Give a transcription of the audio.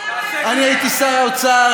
הייתי שר האוצר,